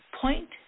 point